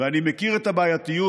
ואני מכיר את הבעייתיות.